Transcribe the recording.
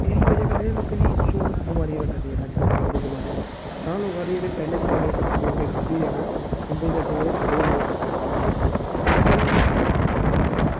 ते एह्दी बजह कन्नै लोकें गी सौ बमारियां लग्गा दियां अज्जकल ते अज्ज दे जमानै च तां लोग आखदे कि जेह्ड़ियां पैह्ले जमानै च खुराकां खाद्धी दियां न उंदे ते तुंदे च बहुत जादा फर्क ऐ ते